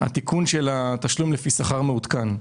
זה התיקון של התשלום לפי שכר מעודכן.